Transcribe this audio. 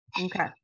Okay